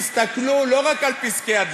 תסתכלו לא רק על פסקי-הדין,